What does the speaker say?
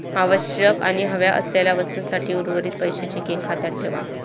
आवश्यक आणि हव्या असलेल्या वस्तूंसाठी उर्वरीत पैशे चेकिंग खात्यात ठेवा